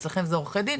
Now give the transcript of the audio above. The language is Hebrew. אצלכם זה עורכי דין,